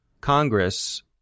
congress